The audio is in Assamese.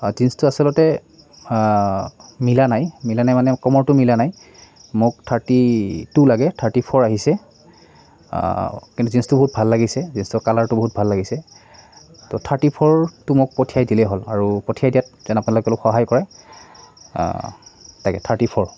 জীন্চটো আচলতে মিলা নাই মিলা নাই মানে কমৰটো মিলা নাই মোক থাৰ্টি টু লাগে থাৰ্টি ফ'ৰ আহিছে কিন্তু জীন্চটো বহুত ভাল লাগিছে জীন্সৰ কালাৰটো বহুত ভাল লাগিছে ত' থাৰ্টি ফ'ৰটো মোক পঠিয়াই দিলেই হ'ল আৰু পঠিয়াই দিয়াত যেন আপোনালোকে সহায় কৰে তাকে থাৰ্টি ফ'ৰ